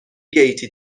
گیتی